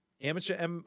amateur